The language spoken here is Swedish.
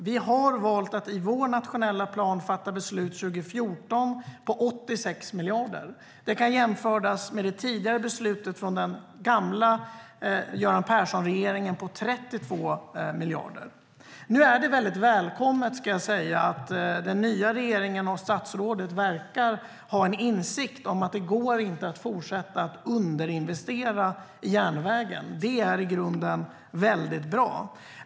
Vi har valt att i vår nationella plan fatta beslut 2014 om 86 miljarder. Det kan jämföras med det tidigare beslutet från den gamla Göran Persson-regeringen om 32 miljarder. Det är nu väldigt välkommet att den nya regeringen och statsrådet verkar ha en insikt om att det inte går att fortsätta att underinvestera i järnvägen. Det är i grunden väldigt bra.